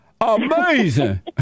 Amazing